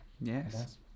Yes